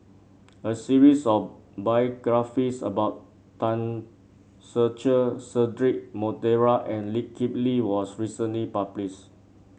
a series of biographies about Tan Ser Cher Cedric Monteiro and Lee Kip Lee was recently published